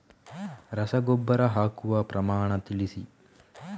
ರಸಗೊಬ್ಬರ ಹಾಕುವ ಪ್ರಮಾಣ ತಿಳಿಸಿ